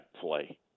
play